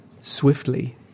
Swiftly